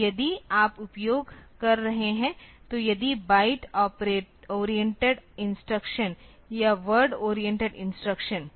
तो यदि आप उपयोग कर रहे हैं तो यदि बाइट ओरिएंटेड इंस्ट्रक्शन या वर्ड ओरिएंटेड इंस्ट्रक्शन